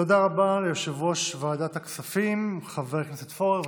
תודה רבה ליושב-ראש ועדת הכספים חבר הכנסת פורר.